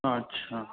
અચ્છા